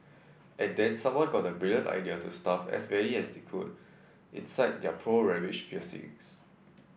and then someone got the brilliant idea to stuff as many as they could inside their poor ravaged piercings